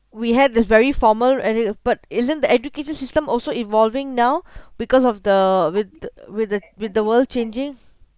we had this very formal but isn't the education system also evolving now because of the with the with the with the world changing